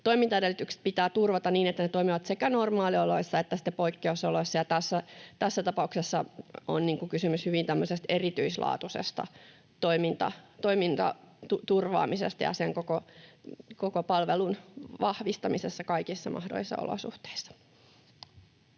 toimintaedellytykset pitää turvata niin, että se toimii sekä normaalioloissa että sitten poikkeusoloissa, ja tässä tapauksessa on kysymys hyvin tämmöisestä erityislaatuisesta toiminnan turvaamisesta ja sen koko palvelun vahvistamisesta kaikissa mahdollisissa olosuhteissa.